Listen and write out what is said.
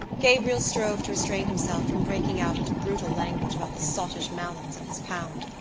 gabriel strove to restrain himself from breaking out into brutal language about the sottish malins and his pound.